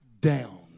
down